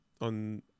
on